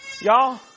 Y'all